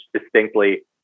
distinctly